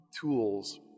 tools